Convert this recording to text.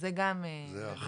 וזו גם נקודה.